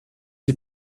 die